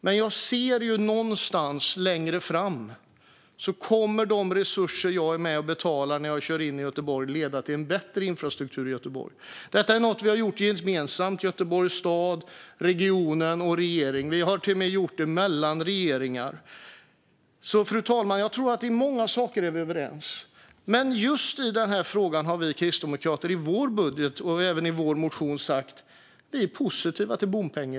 Men jag ser att i förlängningen kommer det jag betalar när jag kör in i Göteborg att bidra till en bättre infrastruktur i Göteborg. Detta har Göteborgs stad, regionen och regeringen gjort gemensamt, till och med mellan regeringar. Fru talman! I mycket är vi överens. Men i just denna fråga har Kristdemokraterna i sin budget och motion sagt sig vara positiva till bompeng.